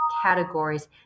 categories